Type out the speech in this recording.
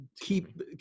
keep